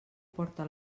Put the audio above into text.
porta